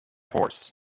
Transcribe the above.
horse